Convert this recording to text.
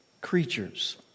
creatures